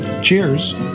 Cheers